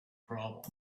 problem